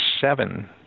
seven